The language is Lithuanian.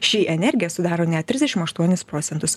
ši energija sudaro net trisdešimt aštuonis procentus